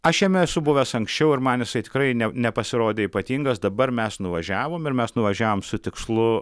aš jame esu buvęs anksčiau ir man jisai tikrai ne nepasirodė ypatingas dabar mes nuvažiavom ir mes nuvažiavom su tikslu